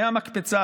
מהמקפצה,